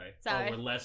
Sorry